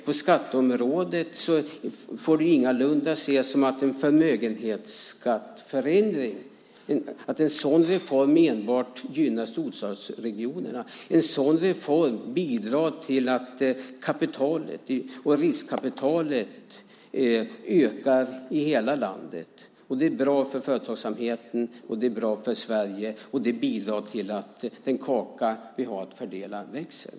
På skatteområdet får det ingalunda ses som att en reform för förmögenhetsskattförändring enbart gynnar storstadsregionerna. En sådan reform bidrar till att riskkapitalet ökar i hela landet. Det är bra för företagsamheten, det är bra för Sverige, och det bidrar till att den kaka som vi har att fördela växer.